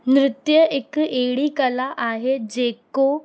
नृत्य हिकु अहिड़ी कला आहे जेको